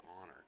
honor